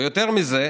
ויותר מזה,